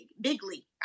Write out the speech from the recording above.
bigly